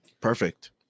Perfect